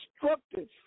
destructive